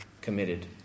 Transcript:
committed